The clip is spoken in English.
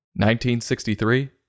1963